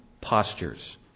postures